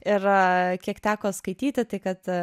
ir kiek teko skaityti tai kad